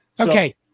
Okay